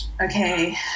Okay